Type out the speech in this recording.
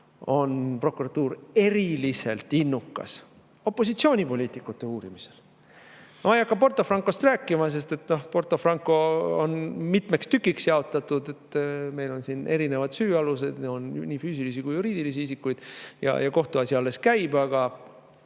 prokuratuur eriliselt innukas opositsioonipoliitikute uurimisel. Ma ei hakka Porto Francost rääkima, sest Porto Franco on mitmeks tükiks jaotatud, meil on siin erinevad süüalused, on nii füüsilisi kui ka juriidilisi isikuid, ja kohtuasi alles käib. Aga